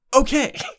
Okay